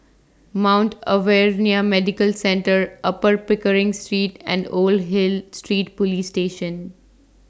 Mount Alvernia Medical Centre Upper Pickering Street and Old Hill Street Police Station